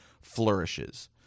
flourishes